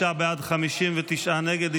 45 בעד, 59 נגד.